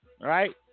right